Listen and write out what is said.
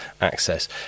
access